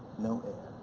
no air.